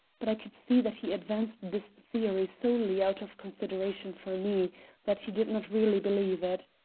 but i could see that he advanced this theory solely out of consideration for me that he did not really believe it.